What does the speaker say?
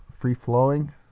free-flowing